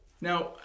Now